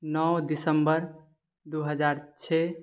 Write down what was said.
नओ दिसम्बर दू हजार छओ